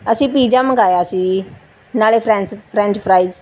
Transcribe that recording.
ਅਸੀਂ ਪੀਜ਼ਾ ਮੰਗਾਇਆ ਸੀ ਜੀ ਨਾਲੇ ਫਰੇਂਸ ਫਰੈਂਚ ਫਰਾਈਜ਼